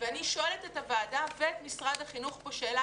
אני שואלת את הוועדה ואת משרד החינוך שאלה.